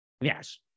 Yes